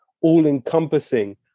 all-encompassing